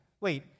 wait